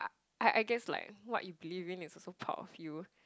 I I guess like what you believe in is also part of you